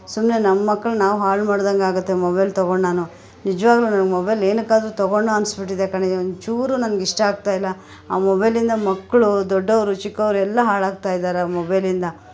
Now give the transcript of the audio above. ಸುಮ್ಮನೆ ನಮ್ಮ ಮಕ್ಳನ್ನು ನಾವು ಹಾಳು ಮಾಡಿದಂಗಾಗತ್ತೆ ಮೊಬೈಲ್ ತಗೊಂಡು ನಾನು ನಿಜವಾಗ್ಲೂ ನನಗೆ ಮೊಬೈಲ್ ಏನಕ್ಕಾದರೂ ತಗೊಂಡ್ನೋ ಅನಿಸ್ಬಿಟ್ಟಿದೆ ಕಣೆ ಒಂಚೂರು ನನ್ಗೆ ಇಷ್ಟ ಆಗ್ತಾಯಿಲ್ಲ ಆ ಮೊಬೈಲಿಂದ ಮಕ್ಕಳು ದೊಡ್ಡವರು ಚಿಕ್ಕವರು ಎಲ್ಲ ಹಾಳಾಗ್ತಾಯಿದ್ದಾರೆ ಮೊಬೈಲಿಂದ